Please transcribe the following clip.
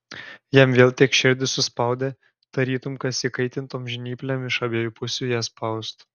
jam vėl tiek širdį suspaudė tarytum kas įkaitintom žnyplėm iš abiejų pusių ją spaustų